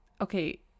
okay